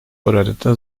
oranında